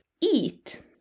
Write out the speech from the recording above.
eat